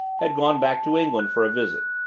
had gone back to england for a visit.